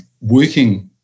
working